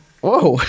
whoa